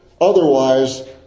Otherwise